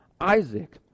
Isaac